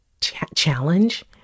challenge